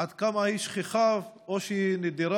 עד כמה היא שכיחה, או שהיא נדירה?